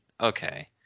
Okay